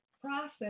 Process